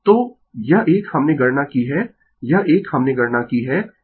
तो यह एक हमने गणना की है यह एक हमने गणना की है